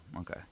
okay